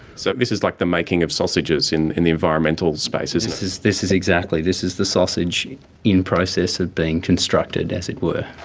so this is like the making of sausages in in the environmental space. this is this is exactly, this is the sausage in process ah being constructed as it were.